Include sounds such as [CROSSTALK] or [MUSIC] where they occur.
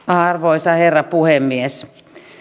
[UNINTELLIGIBLE] arvoisa herra puhemies